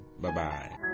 Bye-bye